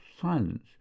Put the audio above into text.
silence